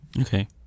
Okay